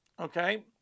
Okay